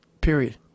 Period